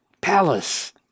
palace